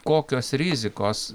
kokios rizikos